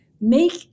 make